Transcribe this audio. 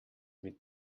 mit